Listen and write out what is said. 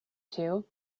two